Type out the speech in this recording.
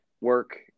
work